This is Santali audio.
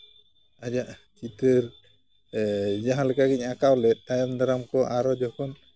ᱟᱡᱟᱜ ᱪᱤᱛᱟᱹᱨᱼᱮ ᱡᱟᱦᱟᱸᱞᱮᱠᱟ ᱜᱤᱧ ᱟᱸᱠᱟᱣ ᱞᱮᱫ ᱛᱟᱭᱚᱢ ᱫᱟᱨᱟᱢ ᱠᱚ ᱟᱨᱚ ᱡᱚᱠᱷᱚᱱ